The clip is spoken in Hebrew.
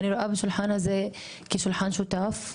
אני רואה בשולחן הזה כשולחן שותף,